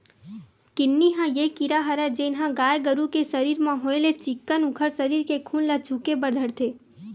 किन्नी ह ये कीरा हरय जेनहा गाय गरु के सरीर म होय ले चिक्कन उखर सरीर के खून ल चुहके बर धरथे